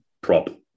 prop